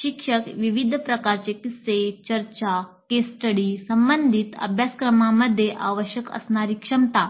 शिक्षक विविध प्रकारचे किस्से चर्चा केस स्टडी संबंधित अभ्यासक्रमांमध्ये आवश्यक असणारी क्षमता